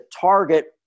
target